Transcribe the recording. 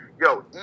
Yo